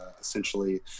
essentially